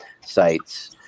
sites